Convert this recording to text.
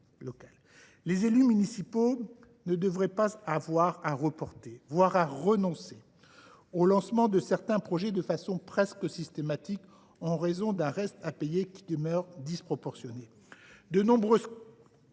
Les élus municipaux ne devraient pas avoir à reporter voire à y renoncer le lancement de certains projets de façon presque systématique en raison d’un reste à payer qui demeure disproportionné. De nombreuses